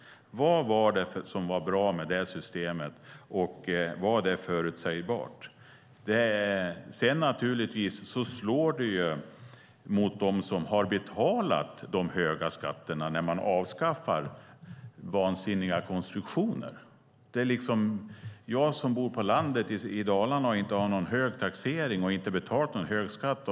Vad var det som var bra med det systemet, och var det förutsägbart? Sedan slår det naturligtvis mot dem som har betalat de höga skatterna när man avskaffar vansinniga konstruktioner. Jag bor på landet i Dalarna och har inte någon hög taxering och har inte betalat någon hög skatt.